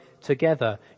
together